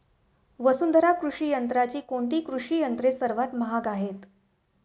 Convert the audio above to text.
वसुंधरा कृषी यंत्राची कोणती कृषी यंत्रे सर्वात महाग आहेत?